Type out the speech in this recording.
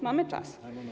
Mamy czas.